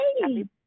Happy